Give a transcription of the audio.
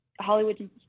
Hollywood